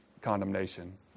condemnation